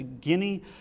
Guinea